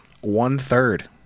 one-third